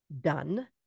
done